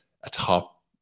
atop